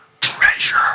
Treasure